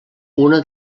una